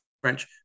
French